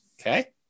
Okay